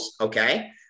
okay